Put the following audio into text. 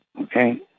Okay